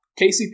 KCP